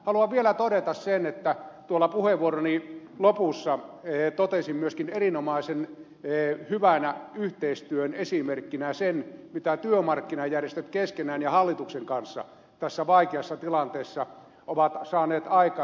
haluan vielä todeta sen että puheenvuoroni lopussa totesin myöskin erinomaisen hyvänä yhteistyön esimerkkinä sen mitä työmarkkinajärjestöt keskenään ja hallituksen kanssa tässä vaikeassa tilanteessa ovat saaneet aikaan